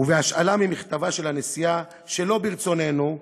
ובהשאלה ממכתבה של הנשיאה, שלא ברצוננו,